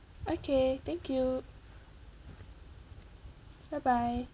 okay thank you bye bye